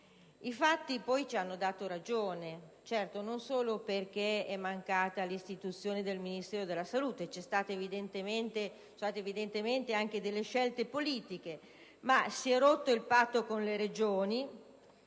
I fatti poi ci hanno dato ragione, certo, non solo perché è mancata l'istituzione del Ministero della salute (vi sono state evidentemente delle scelte politiche) ma perché si è rotto il patto con le Regioni